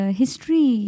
history